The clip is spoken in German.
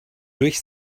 durch